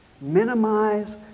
Minimize